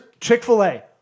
Chick-fil-A